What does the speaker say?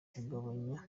kugabanya